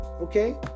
Okay